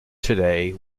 today